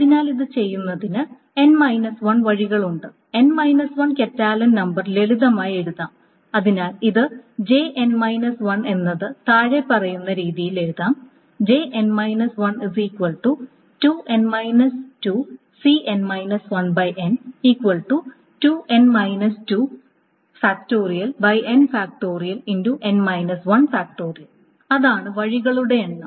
അതിനാൽ ഇത് ചെയ്യുന്നതിന് n 1 വഴികളുണ്ട് കറ്റാലൻ നമ്പർ ലളിതമായി എഴുതാം അതിനാൽ ഇത് എന്നത് താഴെ പറയുന്ന രീതിയിൽ എഴുതാം അതാണ് വഴികളുടെ എണ്ണം